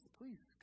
please